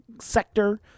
sector